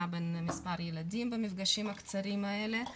בין מס' ילדים במפגשים הקצרים האלה,